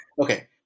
Okay